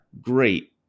great